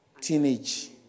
teenage